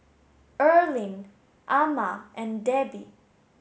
Erling Ama and Debbi